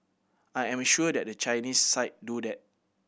I am sure that the Chinese side do that